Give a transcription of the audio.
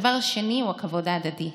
הדבר השני הוא הכבוד ההדדי.